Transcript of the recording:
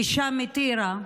אישה מטירה,